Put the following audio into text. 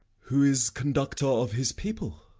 who is conductor of his people?